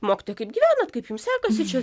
mokytojai kaip gyvenat kaip jums sekasi čia